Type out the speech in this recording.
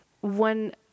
One